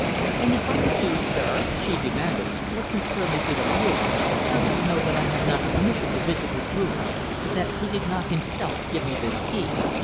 and if i do, sir! she demanded, what concern is it of yours? how do you know that i have not permission to visit his rooms that he did not himself give me this key?